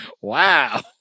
Wow